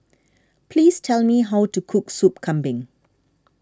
please tell me how to cook Sup Kambing